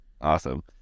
awesome